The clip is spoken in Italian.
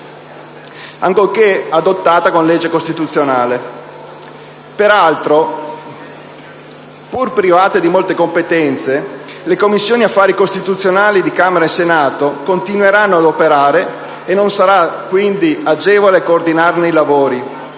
ancorché adottata con legge costituzionale. Peraltro, pur private di molte competenze, le Commissioni affari costituzionali di Camera e Senato continueranno ad operare e non sarà quindi agevole seguirne i lavori